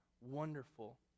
wonderful